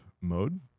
mode